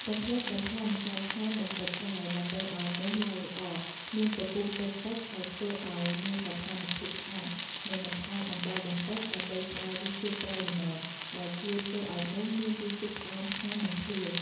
កុំភ្លេចបន្ថែមម្សៅហើមបន្តិចដែរ ដើម្បីឱ្យនំឡើងល្អ មានពពុះតិចៗដែលធ្វើឱ្យមានសោភ័ណភាពស្អាត និងបន្ថែមអំបិលបន្តិច ដើម្បីផ្តល់រសជាតិប្រៃល្មម ដែលជួយធ្វើឱ្យនំមានរសជាតិផ្អែមឆ្ងាញ់ មិនភ្លាវ។